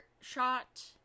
shot